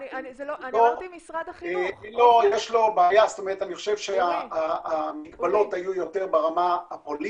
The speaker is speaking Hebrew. יש לו בעיה, המגבלות היו יותר ברמה הפוליטית,